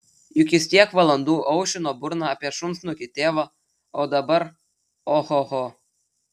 juk jis tiek valandų aušino burną apie šunsnukį tėvą o dabar ohoho